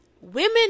women